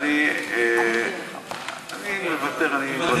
אני מוותר, אני כבר,